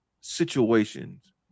situations